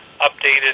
updated